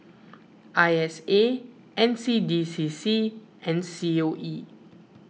I S A N C D C C and C O E